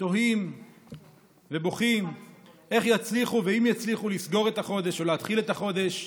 תוהים ובוכים איך יצליחו ואם יצליחו לסגור את החודש או להתחיל את החודש,